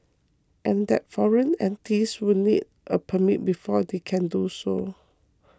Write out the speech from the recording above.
and that foreign entities will need a permit before they can do so